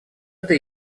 это